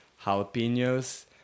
Jalapenos